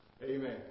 Amen